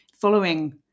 following